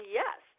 yes